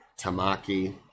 Tamaki